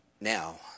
now